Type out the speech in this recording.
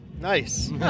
Nice